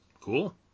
Cool